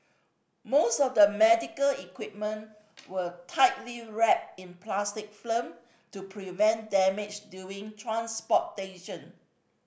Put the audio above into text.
most of the medical equipment were tightly wrapped in plastic film to prevent damage during transportation